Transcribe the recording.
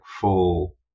full